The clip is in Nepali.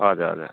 हजुर हजुर